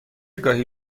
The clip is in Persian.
گاهی